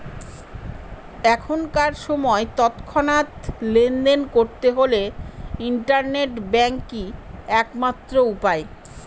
এখনকার সময় তৎক্ষণাৎ লেনদেন করতে হলে ইন্টারনেট ব্যাঙ্কই এক মাত্র উপায়